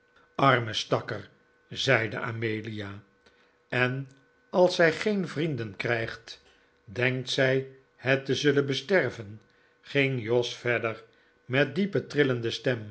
arme stakker zeide amelia en als zij geen vrienden krijgt denkt zij het te zullen besterven ging jos verder met diepe trillende stem